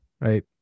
right